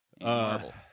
Marvel